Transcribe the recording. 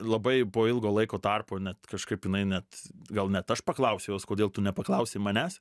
labai po ilgo laiko tarpo net kažkaip jinai net gal net aš paklausiau jos kodėl tu nepaklausei manęs